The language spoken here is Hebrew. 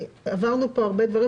עברנו פה הרבה דברים,